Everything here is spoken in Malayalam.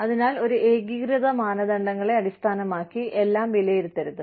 അതിനാൽ ഒരു ഏകീകൃത മാനദണ്ഡങ്ങളെ അടിസ്ഥാനമാക്കി എല്ലാം വിലയിരുത്തരുത്